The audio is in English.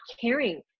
caring